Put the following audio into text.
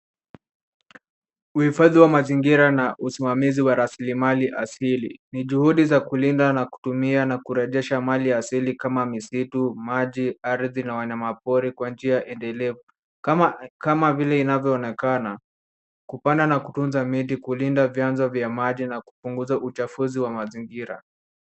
Uhifadhi wa mazingira na usimamizi wa raslimali asili ni juhudi za kulinda na kutumia na kurejesha mali asili kama misitu, maji, ardhi na wanyamapori kwa njia endelevu. Kama vile inavyoonekana kupanda na kutunza miti, kulinda vyanzo vya maji na kupunguza uchafuzi wa mazingira.